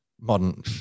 modern